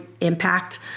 impact